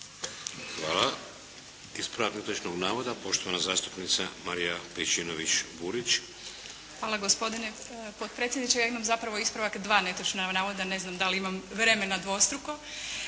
Hvala. Ispravak netočnog navoda, poštovana zastupnica Marija Pejčinović Burić. **Pejčinović Burić, Marija (HDZ)** Hvala gospodine potpredsjedniče. Ja imam zapravo ispravak dva netočna navoda, ne znam da li imam vremena dvostruko.